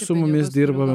su mumis dirba